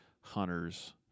hunter's